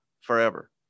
forever